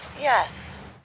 Yes